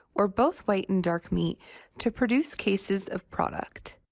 or both white and dark meat to produce cases of product.